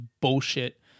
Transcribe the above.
bullshit